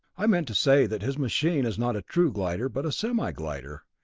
i meant to say that his machine is not a true glider, but a semi-glider.